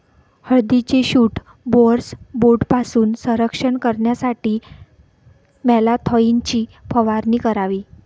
हळदीचे shoot borer बोर्डपासून संरक्षण करण्यासाठी मॅलाथोईनची फवारणी करावी